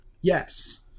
Yes